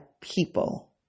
people